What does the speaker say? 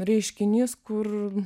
reiškinys kur